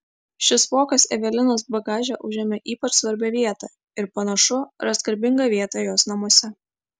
šis vokas evelinos bagaže užėmė ypač svarbią vietą ir panašu ras garbingą vietą jos namuose